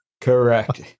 Correct